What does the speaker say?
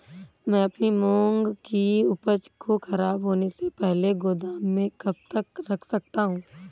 मैं अपनी मूंग की उपज को ख़राब होने से पहले गोदाम में कब तक रख सकता हूँ?